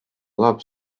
love